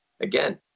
Again